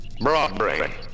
Broadbrain